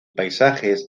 paisajes